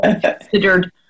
Considered